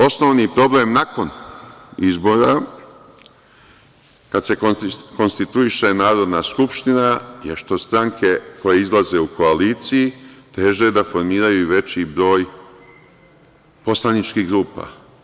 Osnovni problem nakon izbora, kad se konstituiše Narodna skupština, je što stranke koje izlaze u koaliciji teže da formiraju veći broj poslaničkih grupa.